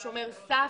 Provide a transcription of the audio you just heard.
הוא שומר סף.